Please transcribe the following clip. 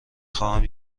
خواهم